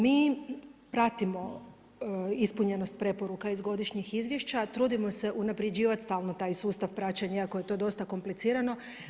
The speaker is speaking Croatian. Mi pratimo ispunjenost preporuka iz godišnjih izvješća, trudimo se unapređivati stalno taj sustav praćenja iako je to dosta komplicirano.